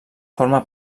forma